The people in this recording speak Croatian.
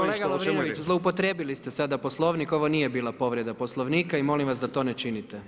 Kolega Lovrinović, zloupotrijebili ste sada Poslovnik, ovo nije bila povreda Poslovnika i molim vas da to ne činite.